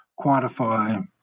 quantify